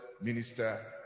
minister